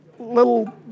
little